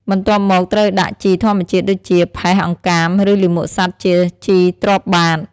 បន្ទាប់មកត្រូវដាក់ជីធម្មជាតិដូចជា ផេះ អង្កាម ឬលាមកសត្វជាជីទ្រាប់បាត។